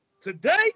today